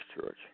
Church